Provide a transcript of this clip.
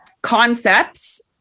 concepts